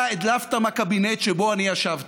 אתה הדלפת מהקבינט שבו אני ישבתי.